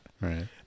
right